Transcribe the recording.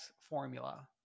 formula